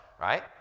right